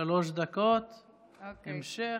שלוש דקות, המשך.